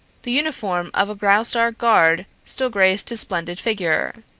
the uniform of a graustark guard still graced his splendid figure.